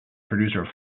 producer